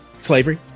Slavery